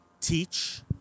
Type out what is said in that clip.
teach